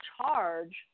charge